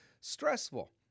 stressful